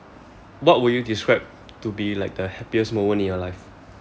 what would you describe to be like the happiest moment in your life